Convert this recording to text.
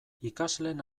ikasleen